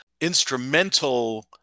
instrumental